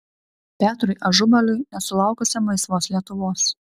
petrui ažubaliui nesulaukusiam laisvos lietuvos